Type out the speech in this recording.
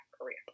career